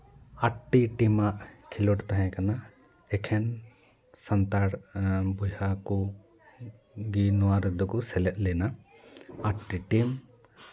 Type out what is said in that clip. ᱟᱴᱴᱤ ᱴᱤᱢᱟᱜ ᱠᱷᱮᱞᱳᱰ ᱛᱟᱦᱮᱸ ᱠᱟᱱᱟ ᱮᱠᱷᱮᱱ ᱥᱟᱱᱛᱟᱲ ᱵᱚᱭᱦᱟ ᱠᱚ ᱜᱮ ᱱᱚᱣᱟ ᱨᱮᱫᱚ ᱠᱚ ᱥᱮᱞᱮᱫ ᱞᱮᱱᱟ ᱟᱴ ᱴᱤ ᱴᱤᱢ